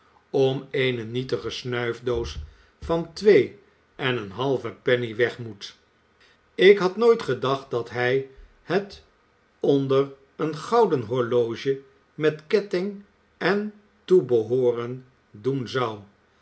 om eene nietige snuifdoos van twee en een halve penny weg moet ik had nooit gedacht dat hij het onder een gouden horloge met ketting en toebehooren doen zou